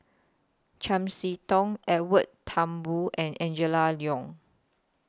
Chiam See Tong Edwin Thumboo and Angela Liong